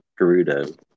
Gerudo